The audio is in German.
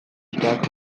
stärkung